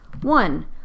One